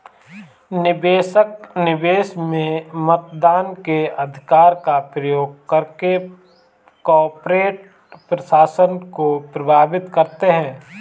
निवेशक, निवेश में मतदान के अधिकार का प्रयोग करके कॉर्पोरेट प्रशासन को प्रभावित करते है